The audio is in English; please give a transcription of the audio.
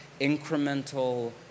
incremental